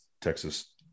Texas